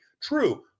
true